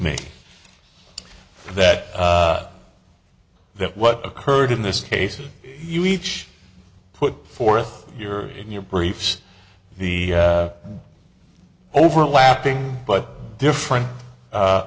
me that that what occurred in this case you each put forth your in your briefs the overlapping but different